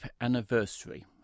anniversary